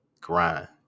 grind